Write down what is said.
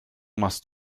machst